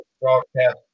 broadcast